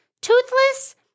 Toothless